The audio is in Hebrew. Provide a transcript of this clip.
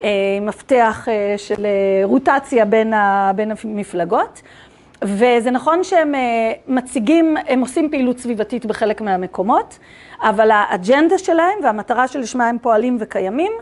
אה... מפתח של רוטציה בין המפלגות, וזה נכון שהם מציגים... הם עושים פעילות סביבתית בחלק מהמקומות, אבל האג'נדה שלהם והמטרה שלשמה הם פועלים וקיימים...